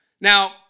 Now